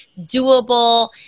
doable